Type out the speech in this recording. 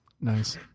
Nice